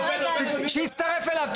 תצטרף אליו.